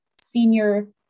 senior